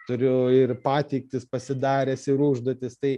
turiu ir pateiktis pasidaręs ir užduotis tai